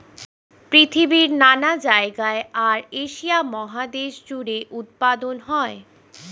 পৃথিবীর নানা জায়গায় আর এশিয়া মহাদেশ জুড়ে উৎপাদন হয়